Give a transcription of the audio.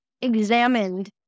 examined